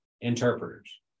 interpreters